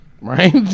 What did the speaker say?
right